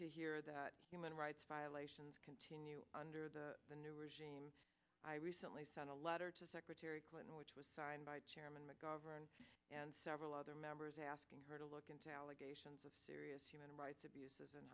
to hear that human rights violations continue under the new regime i recently sent a letter to secretary clinton which was signed by chairman mcgovern and several other members asking her to look into allegations of serious human rights abuses